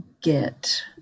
get